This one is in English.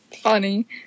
funny